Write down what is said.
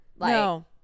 No